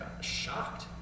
shocked